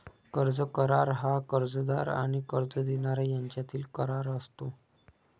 कर्ज करार हा कर्जदार आणि कर्ज देणारा यांच्यातील करार असतो